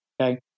Okay